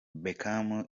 beckham